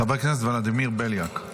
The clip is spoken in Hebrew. חבר הכנסת ולדימיר בליאק.